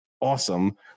awesome